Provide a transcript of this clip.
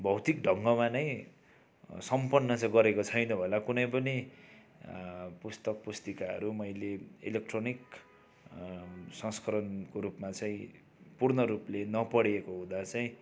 भौतिक ढङ्गमा नै सम्पन्न चाहिँ गरेको छैन होला कुनै पनि पुस्तक पुस्तिकाहरू मैले इलेक्ट्रोनिक संस्करणको रूपमा चाहिँ पूर्ण रूपले नपढिएको हुँदा चाहिँ